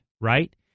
right